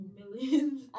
millions